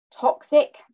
toxic